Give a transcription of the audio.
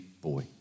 boy